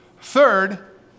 Third